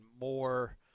more